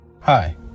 Hi